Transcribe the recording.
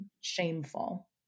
shameful